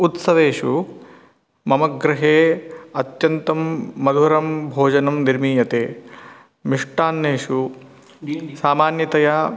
उत्सवेषु मम गृहे अत्यन्तं मधुरं भोजनं निर्मीयते मिष्टान्नेषु सामान्यतया